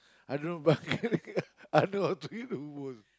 I don't know I know how to eat Hummus